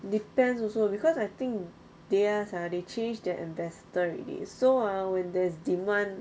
depends also because I think theirs ha they change their ambassador already so ah when there is demand